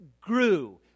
grew